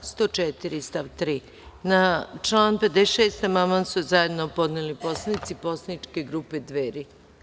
Član 104. stav 3. Na član 56. amandman su zajedno podneli narodni poslanici poslaničke grupe Dveri.